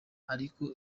ariko